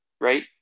right